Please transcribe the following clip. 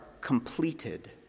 completed